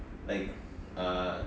like err